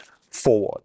forward